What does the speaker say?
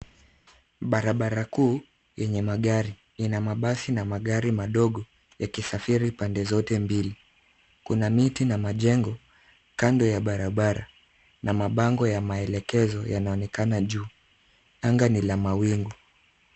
Barabara kuu yenye magari na mabasi na magari madogo yakisafiri pande zote mbili. Kuna miti na majengo kando ya barabara na mabango ya maelekezo yanaonekana juu. Anga ni la mawingu.